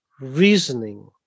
reasoning